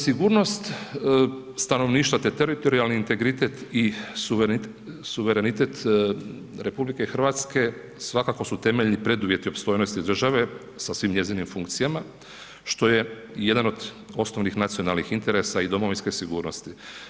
Sigurnost stanovništva te teritorijalni integritet i suverenitet RH svakako su temeljni preduvjeti opstojnosti države, sa svim njezinim funkcijama, što je jedan od osnovnih nacionalnih interesa i domovinske sigurnosti.